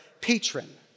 patron